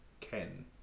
ken